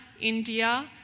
India